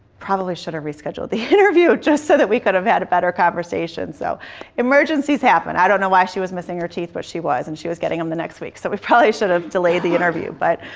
probably should have rescheduled the interview just so that we could have had a better conversation. so emergencies happen. i don't know why she was missing her teeth, but she was. and she was getting them the next week. so we probably should have delayed the interview. but